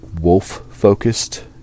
wolf-focused